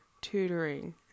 Tutoring